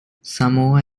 samoa